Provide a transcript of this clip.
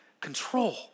control